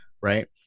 right